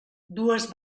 dues